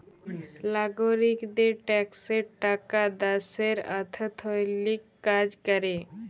লাগরিকদের ট্যাক্সের টাকা দ্যাশের অথ্থলৈতিক কাজ ক্যরে